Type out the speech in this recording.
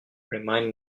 remind